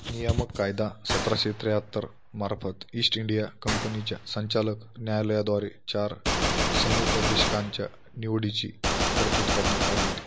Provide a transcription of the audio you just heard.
नियामक कायदा सतराशे त्र्याहत्तरमार्फत ईस्ट इंडिया कंपनीच्या संचालक न्यायालयाद्वारे चार समुपदेशकांच्या निवडीची तरतूद करण्यात आली होती